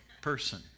person